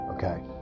Okay